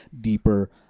deeper